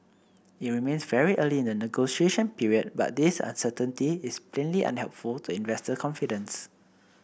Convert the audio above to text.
it remains very early in the negotiation period but this uncertainty is plainly unhelpful to investor confidence